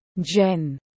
Jen